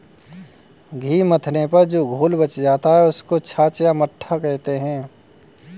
घी मथने पर जो घोल बच जाता है, उसको छाछ या मट्ठा कहते हैं